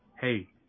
Hey